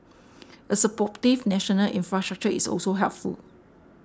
a supportive national infrastructure is also helpful